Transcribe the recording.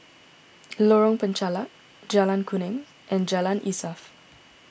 Lorong Penchalak Jalan Kuning and Jalan Insaf